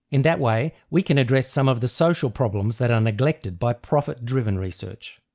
in that way we can address some of the social problems that are neglected by profit driven research.